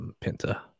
Pinta